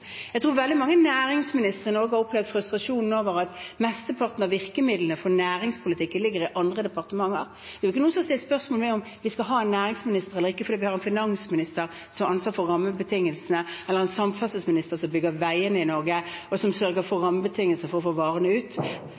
Jeg tror veldig mange næringsministre har opplevd frustrasjon over at mesteparten av virkemidlene for næringspolitikken ligger i andre departementer. Det er ikke noen som har stilt spørsmål ved om vi skal ha en næringsminister eller ikke fordi vi har en finansminister som har ansvar for rammebetingelsene, eller en samferdselsminister til å bygge veiene i Norge og sørge for rammebetingelsene for å få varene ut.